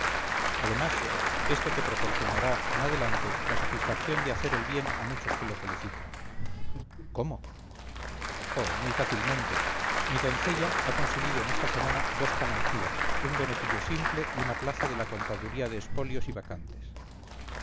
además esto te proporcionará en adelante la satisfacción de hacer el bien a muchos que lo soliciten cómo oh muy fácilmente mi doncella ha conseguido en esta semana dos canonjías un beneficio simple y una plaza de la contaduría de espolios y vacantes